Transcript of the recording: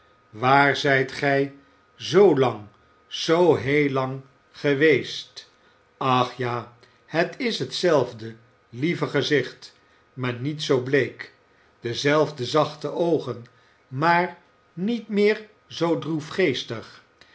waar zijt gij zoo lang zoo heel lang geweest ach ja het is hetzelfde lieve gezicht maar niet zoo bleek dezelfde zachte oogen maar niet meer zoo